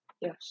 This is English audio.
Yes